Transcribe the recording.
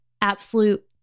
absolute